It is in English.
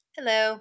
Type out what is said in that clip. Hello